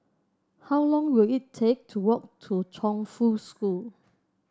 how long will it take to walk to Chongfu School